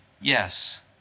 yes